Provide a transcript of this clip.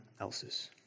else's